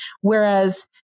Whereas